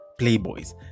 playboys